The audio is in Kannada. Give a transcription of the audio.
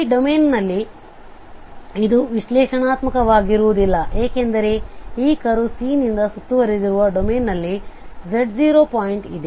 ಈ ಡೊಮೇನ್ನಲ್ಲಿ ಇದು ವಿಶ್ಲೇಷಣಾತ್ಮಕವಾಗಿರುವುದಿಲ್ಲ ಏಕೆಂದರೆ ಈ ಕರ್ವ್ C ನಿಂದ ಸುತ್ತುವರಿದಿರುವ ಡೊಮೇನ್ನಲ್ಲಿ z0 ಪಾಯಿಂಟ್ ಇದೆ